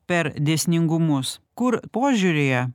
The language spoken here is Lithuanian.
per dėsningumus kur požiūryje